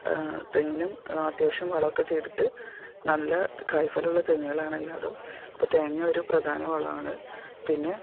തെങ്ങിനും അത്യാവശ്യം വളമൊക്കെ ചെയ്തിട്ട് നല്ല കായ് ഫലമുള്ള തെങ്ങുകളാണെല്ലാടും അപ്പോൾ തേങ്ങ ഒരു പ്രധാന വള ആണ് പിന്നെ